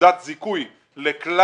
נקודת זיכוי לכלל